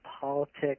politics